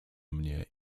mnie